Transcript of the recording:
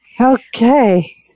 Okay